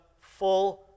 full